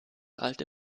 alte